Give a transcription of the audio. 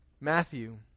Matthew